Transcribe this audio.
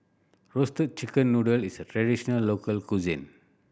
Roasted Chicken Noodle is a traditional local cuisine